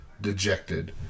dejected